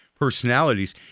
personalities